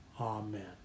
Amen